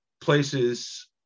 places